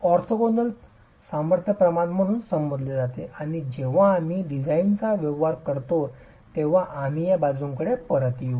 orthogonal सामर्थ्य प्रमाण म्हणून संबोधले जाते आणि जेव्हा आम्ही डिझाइनचा व्यवहार करतो तेव्हा आम्ही या बाजूकडे परत येऊ